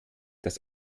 dass